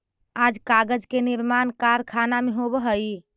आज कागज के निर्माण कारखाना में होवऽ हई